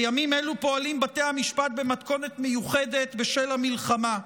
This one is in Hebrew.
בימים אלו פועלים בתי המשפט במתכונת מיוחדת בשל המלחמה.